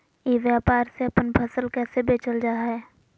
ई व्यापार से अपन फसल कैसे बेचल जा हाय?